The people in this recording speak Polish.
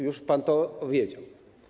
Już pan to wiedział.